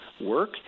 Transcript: work